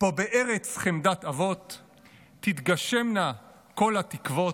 "פה בארץ חמדת אבות / תתגשמנה כל התקוות,